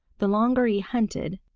the longer he hunted,